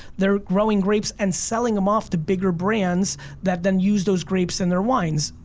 they're growing grapes and selling them off to bigger brands that then use those grapes in their wines.